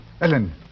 Ellen